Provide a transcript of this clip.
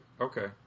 Okay